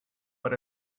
but